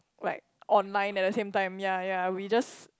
like online at the same time ya ya we just